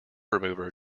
remover